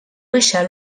baixar